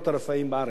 גם בירושלים.